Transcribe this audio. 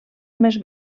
més